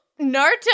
Naruto